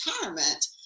retirement